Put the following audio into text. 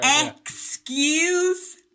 excuse